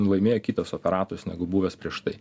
laimėjo kitas operatorius negu buvęs prieš tai